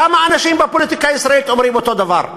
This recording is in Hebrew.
כמה אנשים בפוליטיקה הישראלית אומרים אותו דבר?